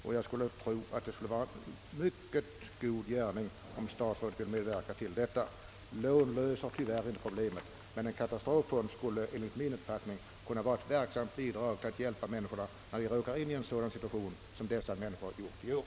Om statsrådet ville medverka till detta, så skulle det vara en god gärning. Lån löser tyvärr inte problemen, men en katastroffond skulle enligt min uppfattning vara en verksam hjälp åt dem som råkar i en sådan situation som dessa människor gjort i år.